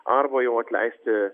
arba jau atleisti